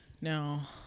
Now